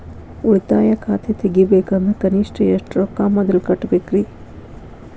ಉಳಿತಾಯ ಖಾತೆ ತೆಗಿಬೇಕಂದ್ರ ಕನಿಷ್ಟ ಎಷ್ಟು ರೊಕ್ಕ ಮೊದಲ ಕಟ್ಟಬೇಕ್ರಿ?